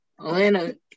Atlanta